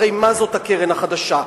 הרי מה זאת הקרן החדשה?